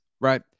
Right